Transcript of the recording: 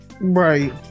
right